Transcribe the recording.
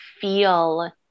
feel